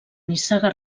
nissaga